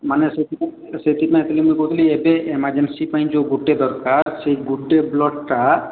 ମାନେ ସେଥିପାଇଁ ସେଥିପାଇଁ ଟିକେ ମୁଁ କହୁଥିଲି ଏବେ ଏମର୍ଜେନ୍ସି ପାଇଁ ଯେଉଁ ଗୋଟେ ଦରକାର ସେଇ ଗୋଟେ ବ୍ଲଡ଼୍ଟା